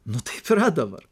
nu taip yra dabar